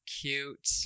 cute